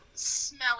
Smelly